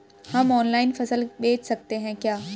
हम ऑनलाइन फसल बेच सकते हैं क्या?